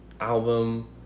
album